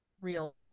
real